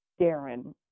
Darren